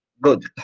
Good